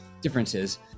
differences